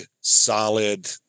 solid